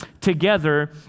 together